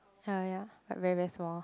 ya ya like very very small